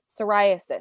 psoriasis